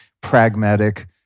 pragmatic